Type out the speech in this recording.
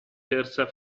terza